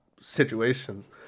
situations